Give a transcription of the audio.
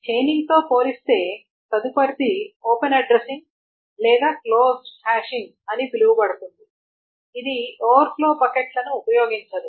chaining తో పోలిస్తే తదుపరిది ఓపెన్ అడ్రసింగ్ లేదా క్లోజ్డ్ హ్యాషింగ్ అని పిలువబడుతుంది ఇది ఓవర్ఫ్లో బకెట్లను ఉపయోగించదు